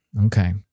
okay